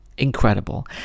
incredible